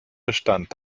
bestand